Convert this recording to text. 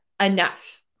enough